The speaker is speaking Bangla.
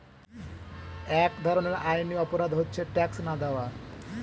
এক ধরনের আইনি অপরাধ হচ্ছে ট্যাক্স না দেওয়া